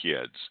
kids